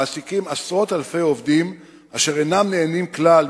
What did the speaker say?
המעסיקים עשרות אלפי עובדים אשר אינם נהנים כלל